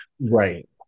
right